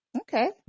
Okay